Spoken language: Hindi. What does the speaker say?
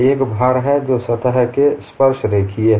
एक भार है जो सतह के स्पर्शरेखीय है